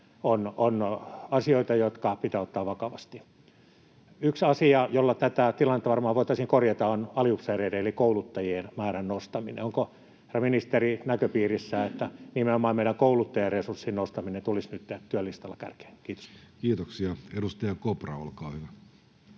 on asioita, jotka pitää ottaa vakavasti. Yksi asia, jolla tätä tilannetta varmaan voitaisiin korjata, on aliupseereiden eli kouluttajien määrän nostaminen. Onko, herra ministeri, näköpiirissä, että nimenomaan meidän kouluttajaresurssin nostaminen tulisi nytten työlistalla kärkeen? — Kiitos. [Speech 330] Speaker: